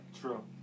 true